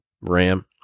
RAM